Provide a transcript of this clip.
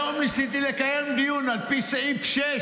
היום ניסיתי לקיים דיון על פי סעיף 6,